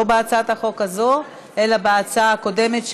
לא בהצעת הזאת אלא בהצעה הקודמת,